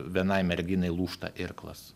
vienai merginai lūžta irklas